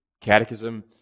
Catechism